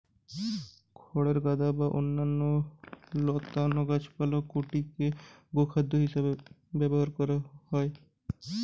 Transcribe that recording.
খড়ের গাদা বা অন্যান্য লতানা গাছপালা কাটিকি গোখাদ্য হিসেবে ব্যবহার করা হয়